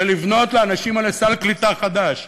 ולבנות לאנשים האלה סל קליטה חדש.